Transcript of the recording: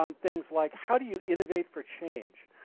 um things like, how do you innovate for change?